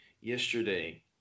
Yesterday